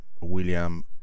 William